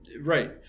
Right